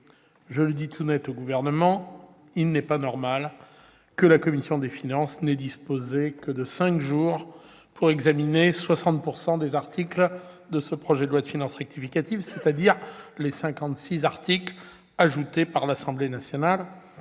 Je le dis tout net au Gouvernement : il n'est pas normal que la commission des finances n'ait disposé que de cinq jours pour examiner 60 % des articles de ce projet de loi de finances rectificative, c'est-à-dire les 56 articles ajoutés par l'Assemblée nationale,